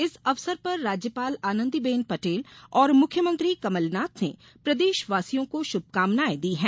इस अवसर पर राज्यपाल आनंदीबेन पटेल और मुख्यमंत्री कमलनाथ ने प्रदेशवासियों को शुभकामनायें दी है